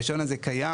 הרישיון הזה קיים,